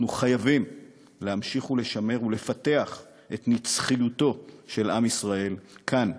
אנחנו חייבים להמשיך לשמר ולפתח את נצחיותו של עם ישראל כאן,